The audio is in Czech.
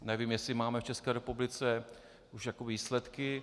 Nevím, jestli máme v České republice už výsledky.